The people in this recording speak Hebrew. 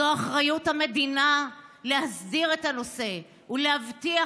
זו אחריות המדינה להסדיר את הנושא ולהבטיח